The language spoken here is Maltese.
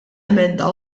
emenda